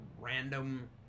random